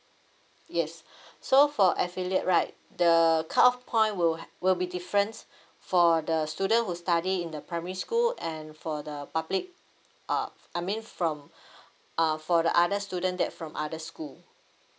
yes so for affiliate right the cut off point will ha~ will be different for the student who study in the primary school and for the public uh f~ I mean from uh for the other student that from other school